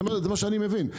זה מה שאני מבין.